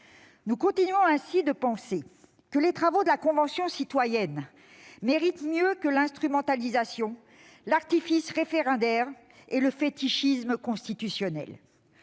Nous continuons ainsi de penser que les travaux de la Convention citoyenne méritent mieux que l'instrumentalisation, l'artifice référendaire et le fétichisme constitutionnel.